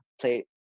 play